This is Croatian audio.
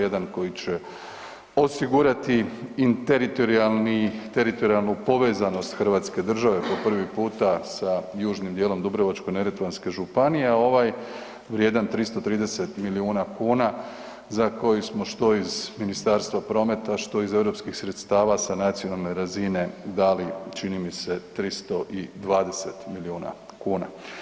Jedan koji je osigurati i teritorijalnu povezanost Hrvatske države po prvi puta sa južnim dijelom Dubrovačko-neretvanske županije, a ovaj vrijedan 330 milijuna kuna za koji smo što iz Ministarstva prometa, što iz europskih sredstava sa nacionalne razine dali čini mi se 320 milijuna kuna.